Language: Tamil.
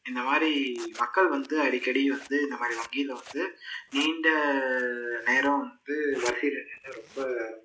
இந்த மாதிரி மக்கள் வந்து அடிக்கடி வந்து இந்த மாதிரி வங்கியில் வந்து நீண்ட நேரம் வந்து வரிசையில் நின்று ரொம்ப